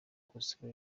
castro